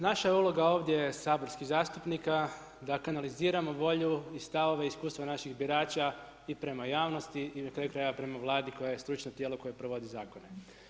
Naša uloga ovdje saborskih zastupnika je da kanaliziramo volju i stavove i iskustva naših birača i prema javnosti i prema Vladi koji je stručno tijelo koje provodi zakone.